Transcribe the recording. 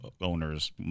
owners